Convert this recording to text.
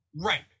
right